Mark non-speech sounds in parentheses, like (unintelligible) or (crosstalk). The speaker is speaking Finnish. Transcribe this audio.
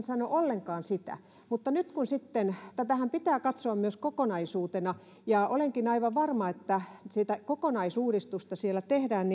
(unintelligible) sano ollenkaan sitä mutta nyt kun sitten tätähän pitää katsoa myös kokonaisuutena ja olenkin aivan varma että sitä kokonaisuudistusta siellä tehdään (unintelligible)